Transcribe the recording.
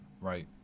Right